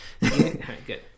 good